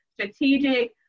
strategic